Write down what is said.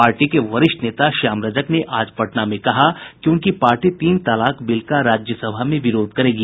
party के वरिष्ठ नेता श्याम रजक ने आज पटना में कहा कि उनकी पार्टी तीन तलाक बिल का राज्यसभा में विरोध करेगी